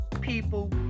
people